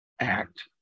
Act